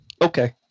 okay